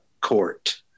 court